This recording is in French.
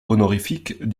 honorifique